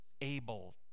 able